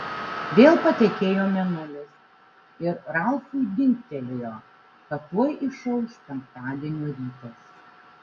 vėl patekėjo mėnulis ir ralfui dingtelėjo kad tuoj išauš penktadienio rytas